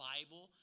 Bible